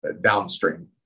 downstream